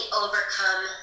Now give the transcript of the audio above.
overcome